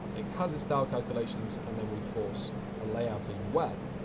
it has its style calculations, and then we force a layout as well.